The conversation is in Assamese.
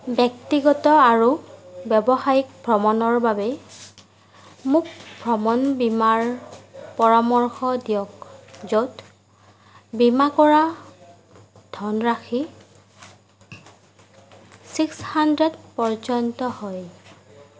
ব্যক্তিগত আৰু ব্যৱসায়িক ভ্ৰমণৰ বাবে মোক ভ্ৰমণ বীমাৰ পৰামৰ্শ দিয়ক য'ত বীমা কৰা ধনৰাশি ছিক্স হাণ্ড্ৰেড পৰ্য্য়ন্ত হয়